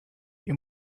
you